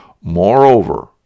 Moreover